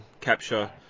Capture